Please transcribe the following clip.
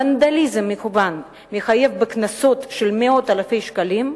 ונדליזם מכוון מחייב בקנסות של מאות אלפי שקלים,